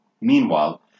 Meanwhile